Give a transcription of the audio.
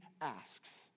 asks